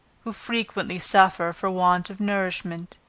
who frequently suffer for want of nourishment.